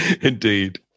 Indeed